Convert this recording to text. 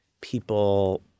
people